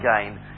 again